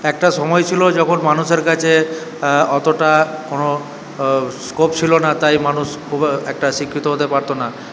একটা সময় ছিলো যখন মানুষের কাছে অতোটা কোনো স্কোপ ছিলো না তাই মানুষ খুব একটা শিক্ষিত হতে পারতো না